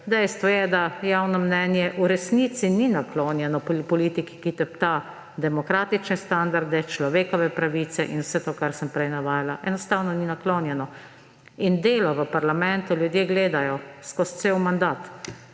dejstvo, da javno mnenje v resnici ni naklonjeno politiki, ki tepta demokratične standarde, človekove pravice in vse to, kar sem prej navajala. Enostavno ni naklonjeno. Delo v parlamentu ljudje gledajo skozi cel mandat